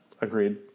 Agreed